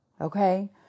Okay